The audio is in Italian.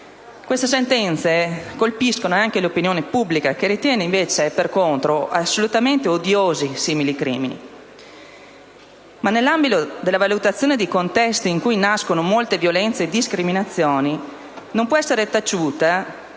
Queste sentenze colpiscono anche l'opinione pubblica, che ritiene invece assolutamente odiosi simili crimini. Nell'ambito della valutazione dei contesti in cui nascono molte violenze e discriminazioni non può essere taciuto,